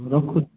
ରଖୁଛି